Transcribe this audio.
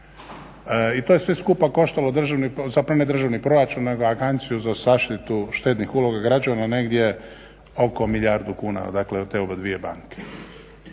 i to je sve skupa koštalo državni proračun, zapravo ne državni proračun nego Agenciju za zaštitu štednih uloga građana negdje oko milijardu kuna dakle za te obje banke.